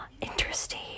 interesting